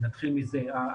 נתחיל מזה.